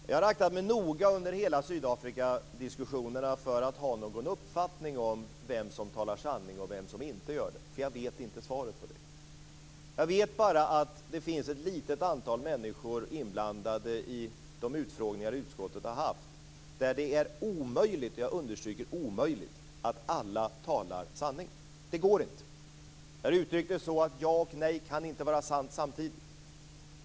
Jag har aktat mig noga under hela Sydafrikadiskussionerna för att ha någon uppfattning om vem som talar sanning och vem som inte gör det. Jag vet inte svaret. Jag vet bara att det finns ett litet antal människor inblandade i de utfrågningar som utskottet har haft där det är omöjligt att alla talar sanning. Det går inte! Jag har uttryckt det så att ja och nej inte kan vara sant samtidigt.